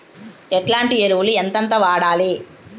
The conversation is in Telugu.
ఎట్లాంటి ఎరువులు ఎంతెంత వాడాలి?